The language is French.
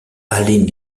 allen